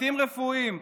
צוותים רפואיים,